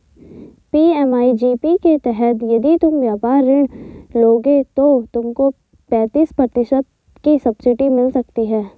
PMEGP के तहत यदि तुम व्यापार ऋण लोगे तो तुमको पैंतीस प्रतिशत तक की सब्सिडी मिल सकती है